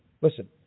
Listen